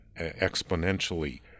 exponentially